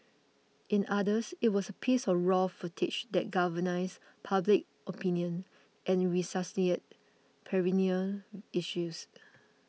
in others it was a piece of raw footage that galvanised public opinion and resuscitated perennial issues